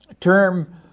term